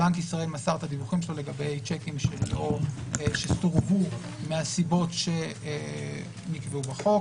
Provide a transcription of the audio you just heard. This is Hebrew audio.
בנק ישראל מסר את הדיווחים שלו לגבי צ'קים שסורבו מהסיבות שנקבעו בחוק.